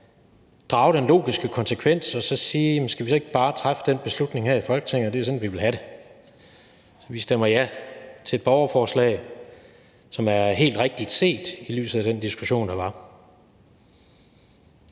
drage den logiske konsekvens og sige: Skal vi så ikke bare træffe den beslutning her i Folketinget? Det er sådan, vi vil have det, så vi stemmer ja til et borgerforslag, som er helt rigtigt set, i lyset af den diskussion, der var.